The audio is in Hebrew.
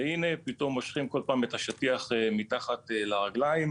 והנה פתאום מושכים כל פעם את השטיח מתחת לרגליים.